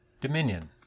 Dominion